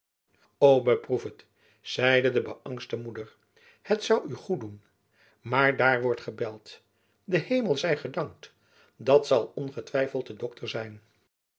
beproef het zeide de beangste moeder het zoû u goed doen maar daar wordt gebeld de hemel zij gedankt dat zal ongetwijfeld de dokter zijn